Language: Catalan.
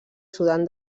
sudan